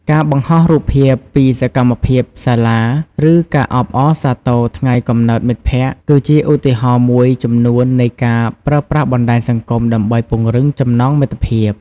ការបង្ហោះរូបភាពពីសកម្មភាពសាលា ឬការអបអរសាទរថ្ងៃកំណើតមិត្តភក្តិ គឺជាឧទាហរណ៍មួយចំនួននៃការប្រើប្រាស់បណ្ដាញសង្គមដើម្បីពង្រឹងចំណងមិត្តភាព។